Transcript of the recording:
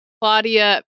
Claudia